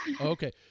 Okay